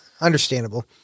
Understandable